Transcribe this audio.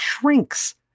shrinks